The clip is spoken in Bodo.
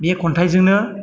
बे खन्थाइजोंंनो